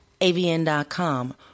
AVN.com